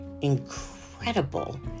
incredible